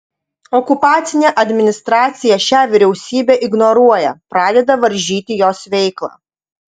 okupacinė administracija šią vyriausybę ignoruoja pradeda varžyti jos veiklą